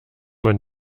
man